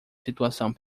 situação